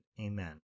Amen